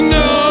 no